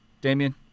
Damien